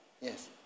Yes